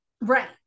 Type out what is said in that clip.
Right